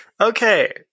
Okay